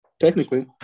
technically